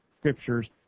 scriptures